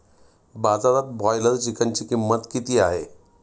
बाजारात ब्रॉयलर चिकनची किंमत किती आहे?